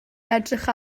edrych